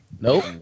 Nope